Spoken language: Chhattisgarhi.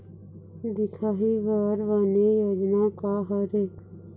दिखाही बर बने योजना का हर हे?